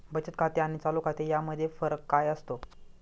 बचत खाते आणि चालू खाते यामध्ये फरक काय असतो?